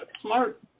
smart